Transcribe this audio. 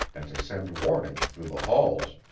and to send warning through the halls.